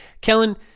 Kellen